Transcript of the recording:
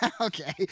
okay